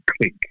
click